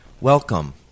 Welcome